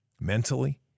mentally